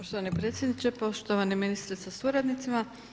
Poštovani predsjedniče, poštovani ministre sa suradnicima.